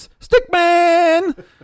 stickman